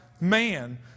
man